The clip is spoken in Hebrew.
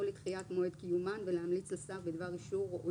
או לדחיית מועד קיומן ולהמליץ לשר בדבר אישור א